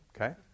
okay